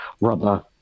rubber